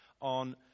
on